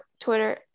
Twitter